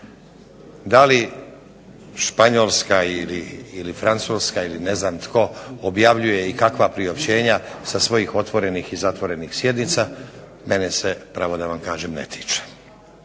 Da li Španjolska ili Francuska ili ne znam tko objavljuje i kakva priopćenja sa svojih otvorenih ili zatvorenih sjednica meni se pravo da vam kažem ne tiče.